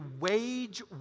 wage